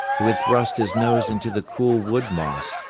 he would thrust his nose into the cool wood moss,